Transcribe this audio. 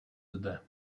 zde